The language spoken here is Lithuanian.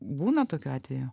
būna tokių atvejų